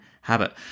habit